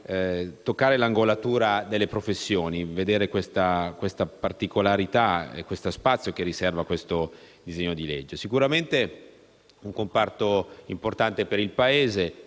l'angolatura delle professioni, vedere questa particolarità e lo spazio che vi riserva il disegno di legge. Sicuramente il comparto è importante per il Paese